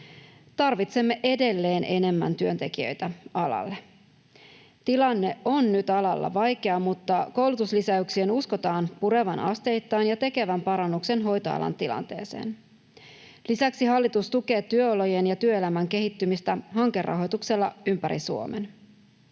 Tarvitsemme edelleen enemmän työntekijöitä alalle. Tilanne on nyt alalla vaikea, mutta koulutuslisäyksien uskotaan purevan asteittain ja tekevän parannuksen hoitoalan tilanteeseen. Lisäksi hallitus tukee työolojen ja työelämän kehittymistä hankerahoituksella ympäri Suomen.